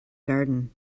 garden